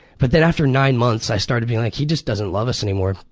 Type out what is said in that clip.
but then after nine months i started being like, he just doesn't love us anymore.